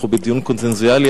אנחנו בדיון קונסנזואלי,